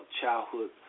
childhood